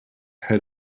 head